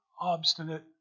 obstinate